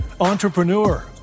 entrepreneur